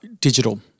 digital